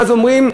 מה אומרים?